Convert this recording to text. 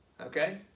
Okay